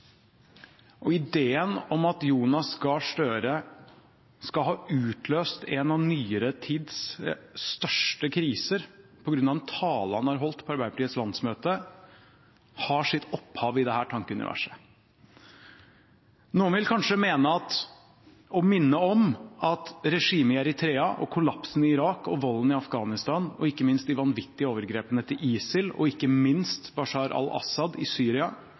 verdenskrig. Ideen om at Jonas Gahr Støre skal ha utløst en av nyere tids største kriser på grunn av en tale han holdt på Arbeiderpartiets landsmøte, har sitt opphav i dette tankeuniverset. Noen vil kanskje mene – og minne om – at regimet i Eritrea, kollapsen i Irak, volden i Afghanistan og ikke minst de vanvittige overgrepene til ISIL og Bashar al-Asaad i Syria